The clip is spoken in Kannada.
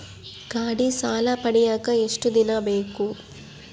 ಗಾಡೇ ಸಾಲ ಪಡಿಯಾಕ ಎಷ್ಟು ದಿನ ಬೇಕು?